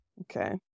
Okay